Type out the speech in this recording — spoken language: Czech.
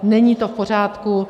Není to v pořádku.